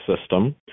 system